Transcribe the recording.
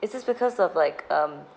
is this because of like um